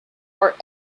are